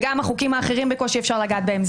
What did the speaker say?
מה זה אמר את זה?